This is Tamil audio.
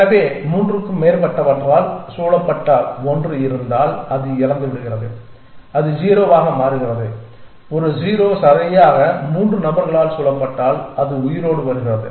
எனவே மூன்றுக்கும் மேற்பட்டவற்றால் சூழப்பட்ட ஒன்று இருந்தால் அது இறந்துவிடுகிறது அது 0 ஆக மாறுகிறது ஒரு 0 சரியாக மூன்று நபர்களால் சூழப்பட்டால் அது உயிரோடு வருகிறது